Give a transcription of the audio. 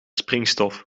springstof